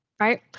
right